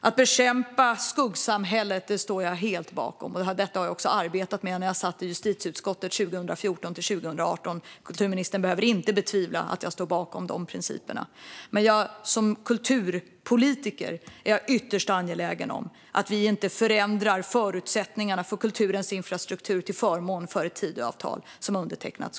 Att bekämpa skuggsamhället står jag helt bakom, och detta har jag också arbetat med när jag satt i justitieutskottet 2014-2018. Kulturministern behöver inte betvivla att jag står bakom de principerna. Men som kulturpolitiker är jag ytterst angelägen om att vi inte förändrar förutsättningarna för kulturens infrastruktur till förmån för Tidöavtalet.